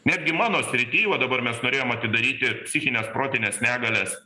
netgi mano srity va dabar mes norėjom atidaryti psichines protines negalias